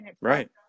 right